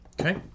okay